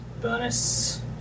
bonus